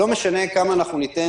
לא משנה כמה אנחנו ניתן,